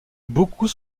beaucoup